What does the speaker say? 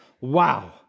wow